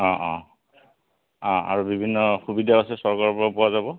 অঁ অঁ অঁ আৰু বিভিন্ন সুবিধা আছে চৰকাৰৰ পৰা পোৱা যাব